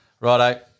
Righto